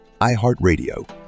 iHeartRadio